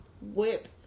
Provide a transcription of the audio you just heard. whip